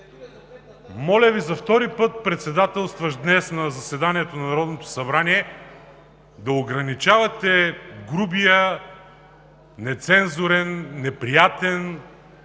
моля Ви, за втори път председателстващ днес на заседанието на Народното събрание да ограничавате грубия, нецензурен, неприятен,